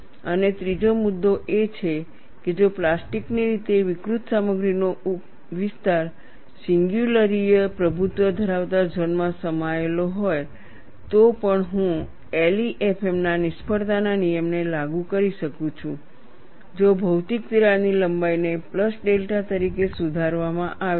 અને ત્રીજો મુદ્દો એ છે કે જો પ્લાસ્ટિકની રીતે વિકૃત સામગ્રીનો વિસ્તાર સિંગયુલરીય પ્રભુત્વ ધરાવતા ઝોનમાં સમાયેલો હોય તો પણ હું LEFM ના નિષ્ફળતાના નિયમને લાગુ કરી શકું છું જો ભૌતિક તિરાડની લંબાઇને પ્લસ ડેલ્ટા તરીકે સુધારવામાં આવે છે